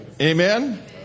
Amen